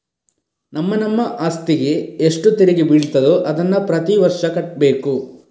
ನಮ್ಮ ನಮ್ಮ ಅಸ್ತಿಗೆ ಎಷ್ಟು ತೆರಿಗೆ ಬೀಳ್ತದೋ ಅದನ್ನ ಪ್ರತೀ ವರ್ಷ ಕಟ್ಬೇಕು